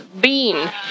Bean